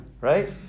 Right